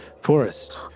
forest